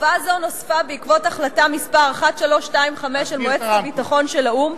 חובה זו נוספה בעקבות החלטה מס' 1325 של מועצת הביטחון של האו"ם,